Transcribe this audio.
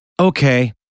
Okay